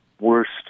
worst